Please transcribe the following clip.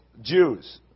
Jews